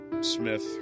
Smith